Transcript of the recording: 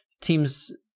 teams